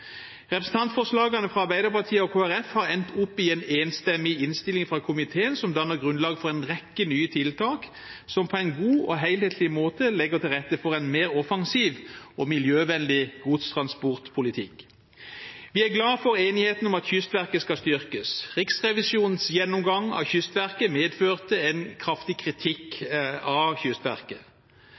Representantforslagene fra Arbeiderpartiet og Kristelig Folkeparti har endt med en enstemmig innstilling fra komiteen, som danner grunnlag for en rekke nye tiltak som på en god og helhetlig måte legger til rette for en mer offensiv og miljøvennlig godstransportpolitikk. Vi er for det første glad for enigheten om at Kystverket skal styrkes. Riksrevisjonens gjennomgang av Kystverket medførte en kraftig kritikk av